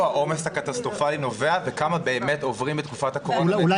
העומס הקטסטרופלי נובע וכמה באמת עוברים בתקופת הקורונה בין קופות.